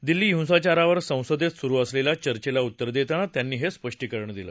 दिल्ली हिंसाचारांवर संसदी सुरु असलल्या चर्चेला उत्तर दत्तिना त्यांनी हस्सिष्टीकरण दिलं